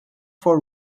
for